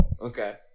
Okay